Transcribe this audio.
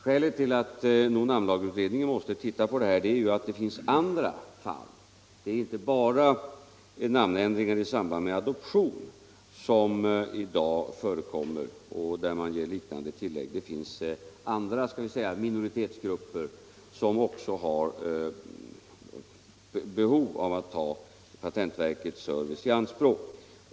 Skälet till att namnlagsutredningen måste se på frågan är att det finns andra liknande fall. Det är inte bara namnändring i samband med adoption som i dag förekommer och där man gör sådana här tillägg. Det finns andra låt mig säga minoritetsgrupper som också har behov av att ta patentverkets service i anspråk.